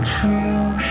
True